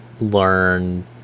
learn